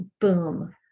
Boom